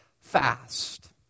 fast